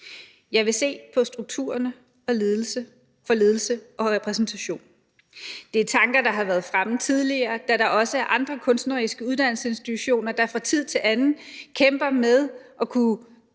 Jeg vil se på strukturerne for ledelse og repræsentation. Det er tanker, der har været fremme tidligere, da der også er andre kunstneriske uddannelsesinstitutioner, der fra tid til anden kæmper med både at kunne